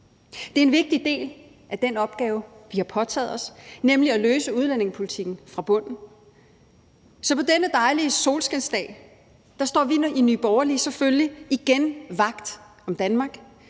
Det er en vigtig del af den opgave, vi har påtaget os, nemlig at løse udlændingepolitikken fra bunden. Så på denne dejlige solskinsdag står vi i Nye Borgerlige selvfølgelig igen vagt om Danmark.